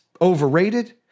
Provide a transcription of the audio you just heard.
overrated